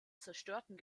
zerstörten